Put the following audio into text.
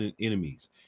enemies